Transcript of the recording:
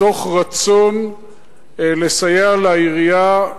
מתוך רצון לסייע לעירייה,